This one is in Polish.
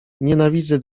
nienawidzę